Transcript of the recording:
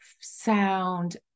sound